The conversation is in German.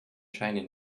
scheine